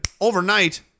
overnight